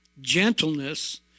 gentleness